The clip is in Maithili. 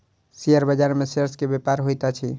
शेयर बाजार में शेयर्स के व्यापार होइत अछि